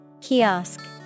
Kiosk